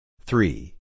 Three